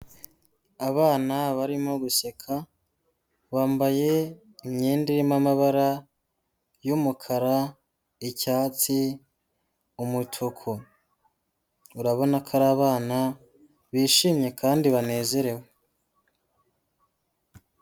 Abana barimo guseka bambaye imyenda irimo amabara y'umukara, icyatsi, umutuku urabona ko ari abana bishimye kandi banezerewe.